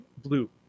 Blue